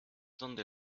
donde